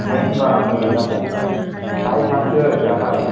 ओमफ्राय होनबा आङो दाहाय दाहाय थांसै दाहाय